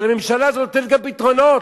אבל הממשלה הזאת נותנת גם פתרונות.